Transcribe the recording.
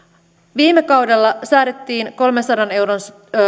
viime kaudella säädettiin kolmensadan euron